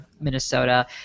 Minnesota